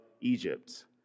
Egypt